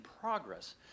progress